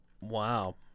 Wow